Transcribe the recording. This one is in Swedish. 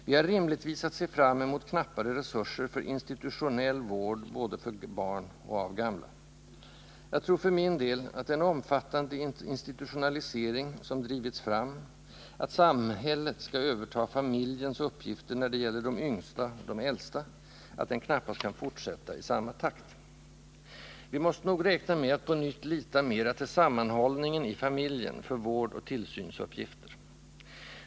Vi har rimligtvis att se fram emot knappare resurser för institutionell vård för både barn och gamla. Jag tror för min del att den omfattande institutionalisering som drivits fram — att ”samhället” skall överta ”familjens” uppgifter när det gäller de yngsta och de äldsta — knappast kan fortsätta i samma takt som hittills. Vi måste nog räkna med att på nytt lita mer till sammanhållningen i familjen för vårdoch tillsynsuppgifter.